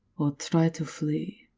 or try to flee,